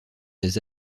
des